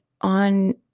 on